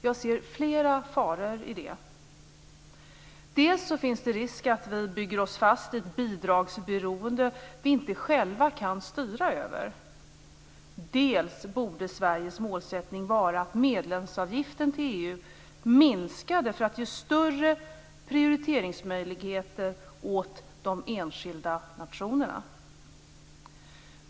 Jag ser flera faror i detta: dels finns det risk att vi bygger oss fast i ett bidragsberoende som vi inte själva kan styra över, dels borde Sveriges målsättning vara att medlemsavgiften till EU minskar för att ge större prioriteringsmöjligheter åt de enskilda nationerna.